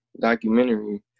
documentary